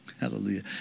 Hallelujah